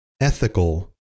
ethical